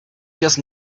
just